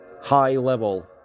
high-level